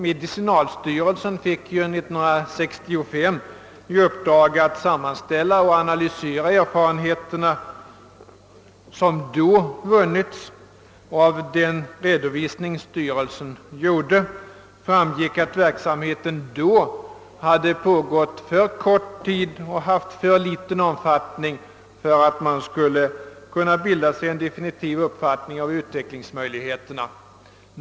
Medicinalstyrelsen fick ju 1965 i uppdrag att sammanställa och analysera de erfarenheter som då vunnits. Av medicinalstyrelsens redovisning framgick att verksamheten då hade pågått för kort tid och haft för liten omfattning för att man skulle kunna bilda sig en definitiv uppfattning om utvecklingsmöjligheterna.